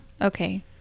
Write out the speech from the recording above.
Okay